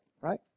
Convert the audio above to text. right